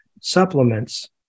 supplements